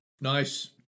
Nice